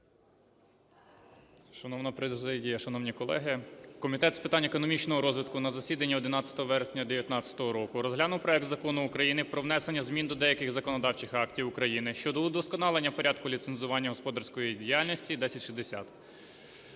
Шановна президія, шановні колеги! Комітет з питань економічного розвитку на засіданні 11 вересня 19-го року розглянув проект Закону України про внесення змін до деяких законодавчих актів України щодо вдосконалення порядку ліцензування господарської діяльності (1060).